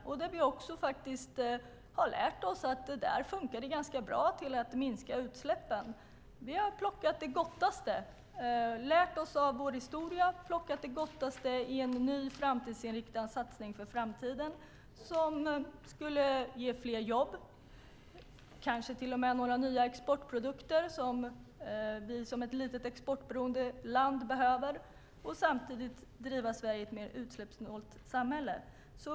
Vi har lärt oss att det där funkade ganska bra för att minska utsläppen. Vi har lärt oss av vår historia och plockat det gottaste i en ny satsning för framtiden som skulle ge fler jobb, kanske till och med några nya exportprodukter som vi som ett litet exportberoende land behöver, och samtidigt driva Sverige till ett mer utsläppssnålt samhälle.